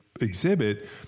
exhibit